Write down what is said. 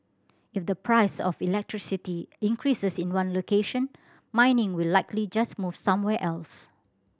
if the price of electricity increases in one location mining will likely just move somewhere else